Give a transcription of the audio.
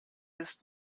ist